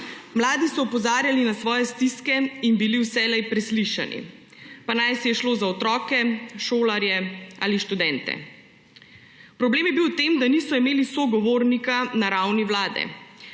Mladi so opozarjali na svoje stiske in bili vselej preslišani, pa najsi je šlo za otroke, šolarje ali študente. Problem je bil v tem, da niso imeli sogovornika na ravni Vlade.